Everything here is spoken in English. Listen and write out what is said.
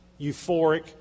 euphoric